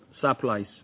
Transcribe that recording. supplies